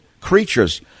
creatures